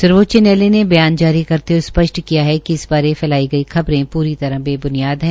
सर्वोच्च न्यायालय ने बयान जारी करते हये स्पष्ट किया कि इस बारे फैलाई गई खबरें प्री तरह बेब्नियाद है